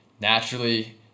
naturally